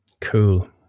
Cool